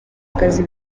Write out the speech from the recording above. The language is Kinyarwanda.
akazi